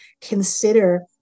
consider